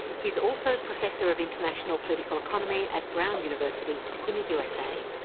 he's also professor of international political economy at brown university in the usa.